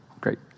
Great